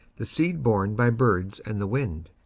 the seed borne by birds and the wind.